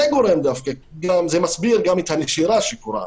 זה דווקא גורם, וזה מסביר גם את הנשירה שקורית.